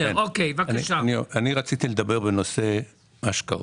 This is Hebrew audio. רציתי לדבר בנושא השקעות.